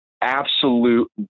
absolute